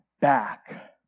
back